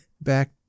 back